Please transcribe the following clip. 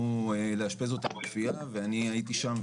אז אני חושבת שזה יום מאוד חשוב,